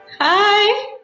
Hi